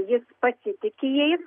jis pasitiki jais